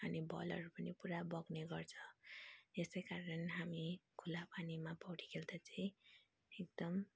अनि भलहरू पनि पुरा बग्ने गर्छ यसैकारण हामी खुल्ला पानीमा पौडी खेल्दा चाहिँ एकदम